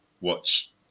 watch